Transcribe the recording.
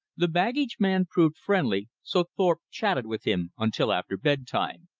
the baggage man proved friendly, so thorpe chatted with him until after bedtime.